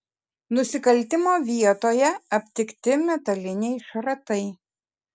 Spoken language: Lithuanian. nusikaltimo vietoje aptikti metaliniai šratai